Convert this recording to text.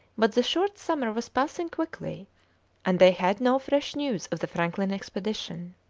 but the short summer was passing quickly and they had no fresh news of the franklin expedition.